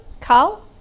Carl